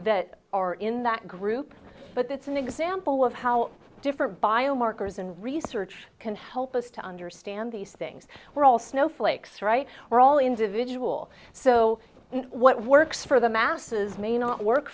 that are in that group but that's an example of how different biomarkers and research can help us to understand these things we're all snowflakes right we're all individual so what works for the masses may not work